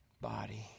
body